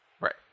Right